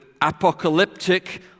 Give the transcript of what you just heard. apocalyptic